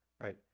right